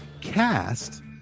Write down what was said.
cast